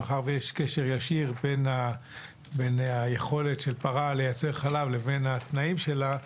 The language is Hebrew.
מאחר שיש קשר ישיר בין היכולת של פרה לייצר חלב לבין התנאים שלה,